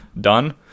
done